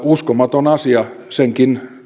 uskomaton asia senkin